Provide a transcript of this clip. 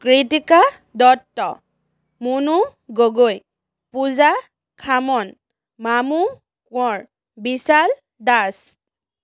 Krittika Dutta Munu Gogoi Puja Khaman Mamu Konwar Bishal Das